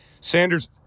Sanders